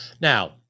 Now